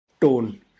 tone